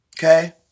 Okay